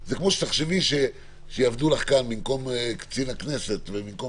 זה כמו שתחשבי שבמקום קצין הכנסת ובמקום